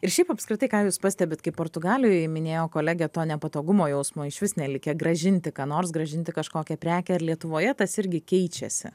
ir šiaip apskritai ką jūs pastebit kaip portugalijoj minėjo kolegė to nepatogumo jausmo išvis nelikę grąžinti ką nors grąžinti kažkokią prekę ar lietuvoje tas irgi keičiasi